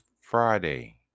Friday